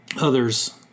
others